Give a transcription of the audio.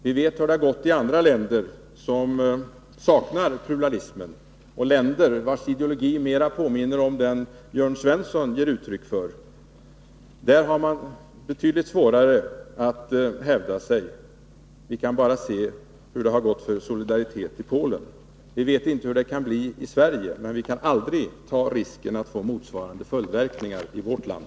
Vi vet hur det har gått i andra länder som saknar pluralism — länder vars ideologi mer påminner om den Jörn Svensson ger uttryck för. Där har man betydligt svårare att hävda sig. Vi kan bara se hur det har gått för Solidaritet i Polen. Vi vet inte hur det kan bli i Sverige. Men vi kan aldrig ta risken att få motsvarande följdverkningar i vårt land.